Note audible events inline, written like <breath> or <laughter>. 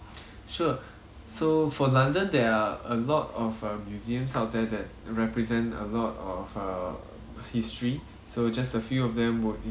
<breath> sure <breath> so for london there are a lot of uh museums out there that represent a lot of uh history so just a few of them would in~